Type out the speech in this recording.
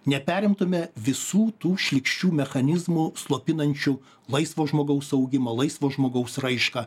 neperimtume visų tų šlykščių mechanizmų slopinančių laisvo žmogaus augimą laisvo žmogaus raišką